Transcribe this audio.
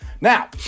Now